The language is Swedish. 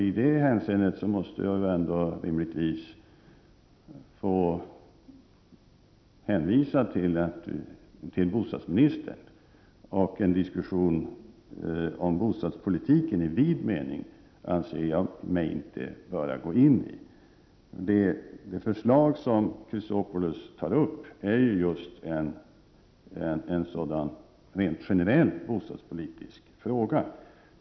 I detta hänseende måste jag rimligtvis få hänvisa till bostadsministern. Jag anser inte att jag bör gå in i en diskussion om bostadspolitiken i vid mening. Det förslag som Alexander Chrisopoulos tar upp är just en sådan rent generell bostadspolitisk fråga.